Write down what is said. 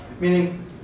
Meaning